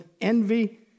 envy